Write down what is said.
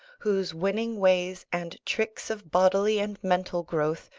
whose winning ways, and tricks of bodily and mental growth,